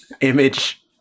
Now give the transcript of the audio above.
image